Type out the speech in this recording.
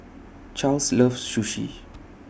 Charles loves Sushi